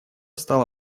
стало